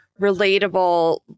relatable